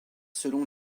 selon